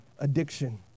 addiction